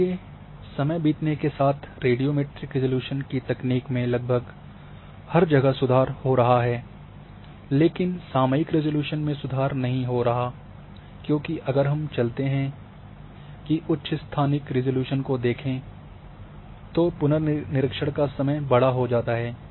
इसलिए समय बीतने के साथ रेडियो मैट्रिक रिज़ॉल्यूशन की तकनीक में लगभग हर जगह सुधार हो रहा है लेकिन सामयिक रिज़ॉल्यूशन में सुधार नहीं हो रहा है क्योंकि अगर हम चलते हैं उच्च स्थानिक रिज़ॉल्यूशन को देखते हैं तो पुनर्निरीक्षण का समय बड़ा हो जाता है